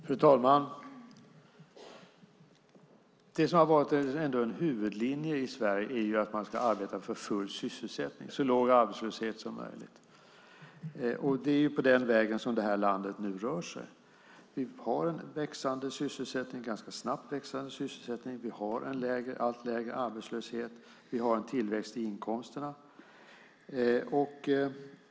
Fru talman! Det som har varit en huvudlinje i Sverige är att man ska arbeta för full sysselsättning, alltså så låg arbetslöshet som möjligt. Det är på den vägen som det här landet nu rör sig. Vi har en ganska snabbt växande sysselsättning. Vi har en allt lägre arbetslöshet. Vi har en tillväxt i inkomsterna.